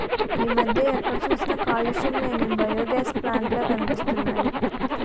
ఈ మధ్య ఎక్కడ చూసినా కాలుష్యం లేని బయోగాస్ ప్లాంట్ లే కనిపిస్తున్నాయ్